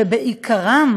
שבעיקרם,